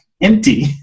empty